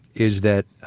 is that